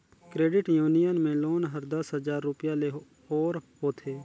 credit union में loan हर दस हजार रूपिया ले ओर होथे